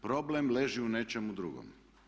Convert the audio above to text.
Problem leži u nečemu drugom.